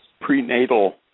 prenatal